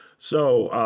so